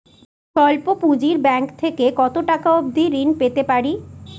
স্বল্প পুঁজির ব্যাংক থেকে কত টাকা অবধি ঋণ পেতে পারি?